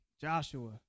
Joshua